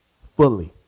fully